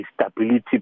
stability